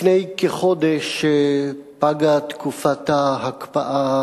לפני כחודש פגה תקופת ההקפאה